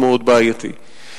אבל אני חייב לומר לך,